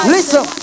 Listen